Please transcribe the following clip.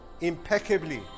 impeccably